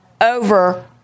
over